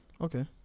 Okay